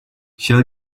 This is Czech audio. šel